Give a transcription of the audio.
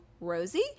Rosie